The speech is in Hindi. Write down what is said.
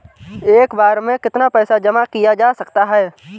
एक बार में कितना पैसा जमा किया जा सकता है?